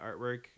artwork